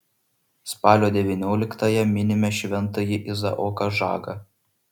spalio devynioliktąją minime šventąjį izaoką žagą